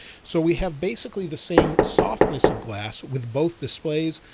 so we have basically the same softness of glass with both displays.